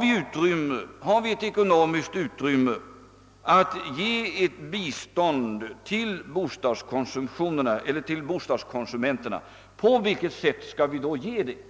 Vi måste fråga oss, om vi har ekonomiskt utrymme för att ge bistånd till bostadskonsumenterna och på vilket sätt vi i så fall skall ge det stödet.